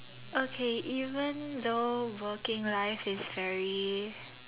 okay even though working life is very